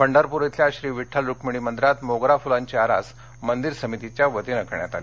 पंढरपूर येथील श्री विठ्ठल रुक्मिणी मंदिरात मोगरा फुलांची आरास मंदिर समितीच्या वतीने करण्यात आली